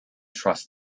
trust